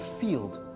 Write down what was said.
field